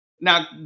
now